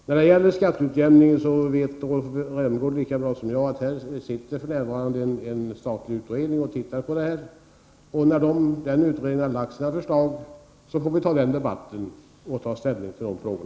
När det gäller skatteutjämningen vet Rolf Rämgård lika bra som jag att det sitter en statlig utredning och tittar på den saken. När den utredningen har lagt fram sina förslag får vi ta den debatten och ta ställning till dessa frågor.